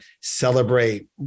celebrate